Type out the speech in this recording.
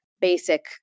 basic